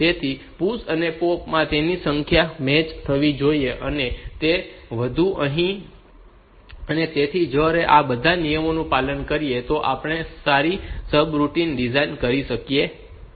તેથી PUSH અને POP માં તેમની સંખ્યા મેચ થવી જોઈએ અને તે બધું અહીં છે અને તેથી જો આપણે આ બધા નિયમોનું પાલન કરીએ તો આપણે સારી સબરૂટિન ડિઝાઇન કરી શકીશું